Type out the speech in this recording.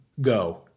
go